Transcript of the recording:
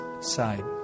side